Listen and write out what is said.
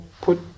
put